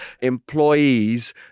employees